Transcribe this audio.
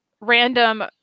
random